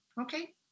okay